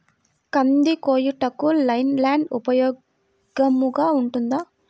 కంది కోయుటకు లై ల్యాండ్ ఉపయోగముగా ఉంటుందా?